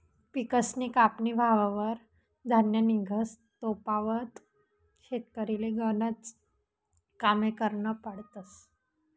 पिकसनी कापनी व्हवावर धान्य निंघस तोपावत शेतकरीले गनज कामे करना पडतस